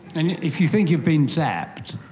and if you think you've been zapped,